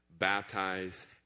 Baptize